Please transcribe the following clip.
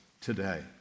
today